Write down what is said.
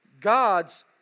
God's